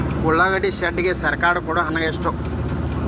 ಉಳ್ಳಾಗಡ್ಡಿ ಶೆಡ್ ಗೆ ಸರ್ಕಾರ ಕೊಡು ಹಣ ಎಷ್ಟು?